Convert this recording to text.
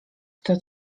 kto